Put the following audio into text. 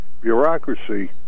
bureaucracy